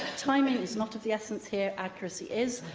ah timing and is not of the essence here accuracy is.